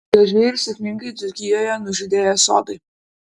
gražiai ir sėkmingai dzūkijoje nužydėjo sodai